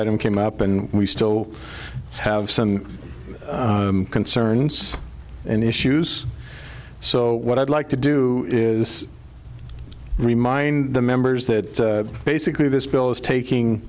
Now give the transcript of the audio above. item came up and we still have some concerns and issues so what i'd like to do is remind the members that basically this bill is taking